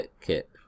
kit